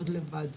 מאוד לבד.